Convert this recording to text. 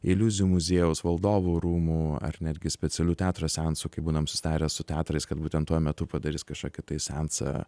iliuzijų muziejaus valdovų rūmų ar netgi specialių teatro seansų kai būnam susitarę su teatrais kad būtent tuo metu padarys kažkokį tai seansą